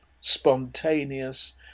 spontaneous